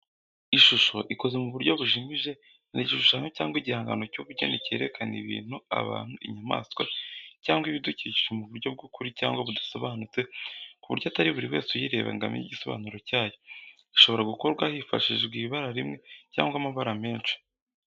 Ishusho ikoze mu buryo bujimije, ni igishushanyo cyangwa igihangano cy’ubugeni cyerekana ibintu, abantu, inyamaswa, cyangwa ibidukikije mu buryo bw’ukuri cyangwa budasobanutse ku buryo atari buri wese uyireba ngo amenye igisobanuro cyayo. Ishobora gukorwa hifashishijwe ibara rimwe cyangwa amabara menshi.